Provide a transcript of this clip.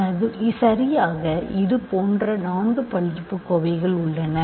எனவே இதுபோன்ற நான்கு பல்லுறுப்புக்கோவைகள் உள்ளன